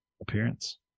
appearance